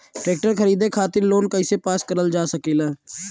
Tractor खरीदे खातीर loan कइसे पास करल जा सकेला?